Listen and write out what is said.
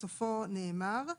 בסופו נאמר: